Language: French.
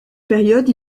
période